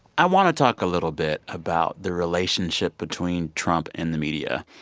i want to talk a little bit about the relationship between trump and the media,